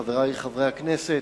תודה, חברי חברי הכנסת,